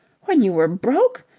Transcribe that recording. when you were broke?